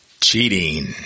Cheating